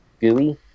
gooey